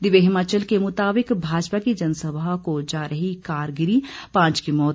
दिव्य हिमाचल के मुताबिक भाजपा की जनसभा को जा रही कार गिरी पांच की मौत